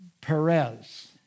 Perez